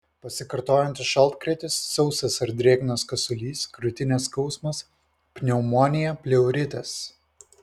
pasikartojantis šaltkrėtis sausas ar drėgnas kosulys krūtinės skausmas pneumonija pleuritas